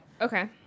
Okay